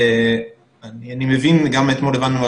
אתמול הבנו,